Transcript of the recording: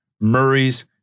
Murray's